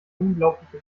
unglaubliche